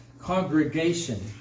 congregation